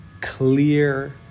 clear